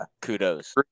Kudos